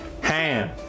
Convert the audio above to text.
Ham